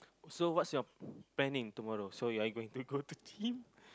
so what's your planning tomorrow so are you going to go to gym